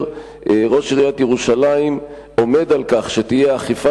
ראש עיריית ירושלים עומד על כך שתהיה אכיפה